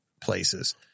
places